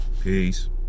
Peace